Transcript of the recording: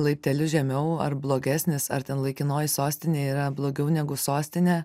laipteliu žemiau ar blogesnis ar ten laikinoji sostinė yra blogiau negu sostinė